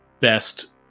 best